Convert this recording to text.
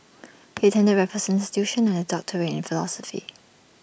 he attended Raffles institution and has A doctorate in philosophy